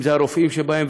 אם זה הרופאים שבהם,